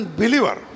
believer